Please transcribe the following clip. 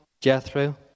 Jethro